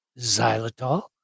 xylitol